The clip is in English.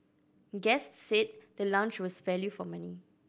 guests said the lounge was value for money